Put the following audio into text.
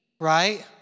right